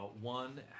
One